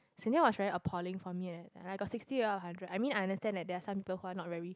was very appalling from me I got sixty over hundred I mean I understand that there are some people who are not very